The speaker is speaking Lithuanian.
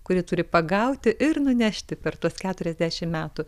kuri turi pagauti ir nunešti per tuos keturiasdešim metų